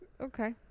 okay